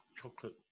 chocolate